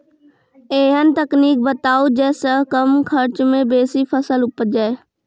ऐहन तकनीक बताऊ जै सऽ कम खर्च मे बेसी फसल उपजे?